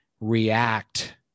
react